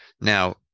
Now